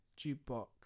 Jukebox